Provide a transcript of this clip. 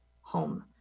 home